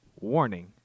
Warning